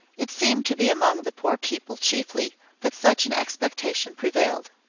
it seemed to be among the poor people chiefly that such an expectation prevailed.